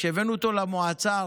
כשהבאנו אותו למועצה הארצית,